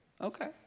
Okay